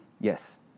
Yes